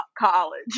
college